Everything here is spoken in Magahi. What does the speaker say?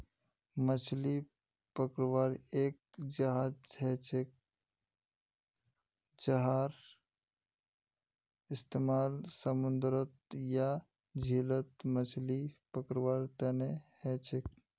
मछली पकड़वार एक जहाज हछेक जहार इस्तेमाल समूंदरत या झीलत मछली पकड़वार तने हछेक